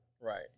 Right